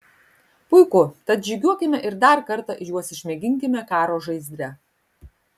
puiku tad žygiuokime ir dar kartą juos išmėginkime karo žaizdre